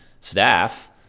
staff